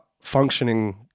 functioning